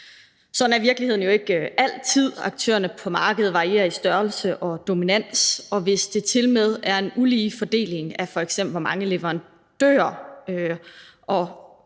Sådan er virkeligheden jo ikke altid. Aktørerne på markedet varierer i størrelse og dominans, og hvis det tilmed er en ulige fordeling, f.eks. af antallet af leverandører, og